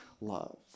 love